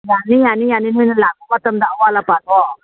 ꯌꯥꯅꯤ ꯌꯥꯅꯤ ꯌꯥꯅꯤ ꯅꯣꯏꯅ ꯂꯥꯛꯄ ꯃꯇꯝꯗ ꯑꯋꯥꯠ ꯑꯄꯥꯗꯣ